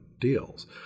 deals